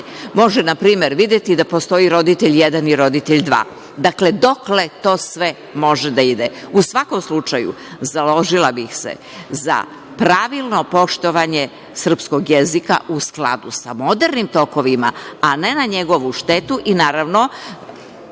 može na primer videti da postoji roditelj jedan i roditelj dva. Dakle, dokle sve to može da ide?U svakom slučaju založila bih se za pravilno poštovanje srpskog jezika u skladu sa modernim tokovima, a ne na njegovu štetu i naravno